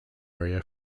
area